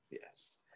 Yes